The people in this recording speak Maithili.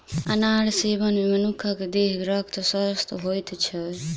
अनार सेवन मे मनुख के देहक रक्त स्वच्छ होइत अछि